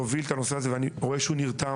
להוביל את הנושא הזה ואני רואה שהוא נרתם.